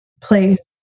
place